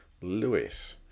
lewis